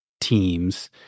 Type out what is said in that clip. teams